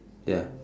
ya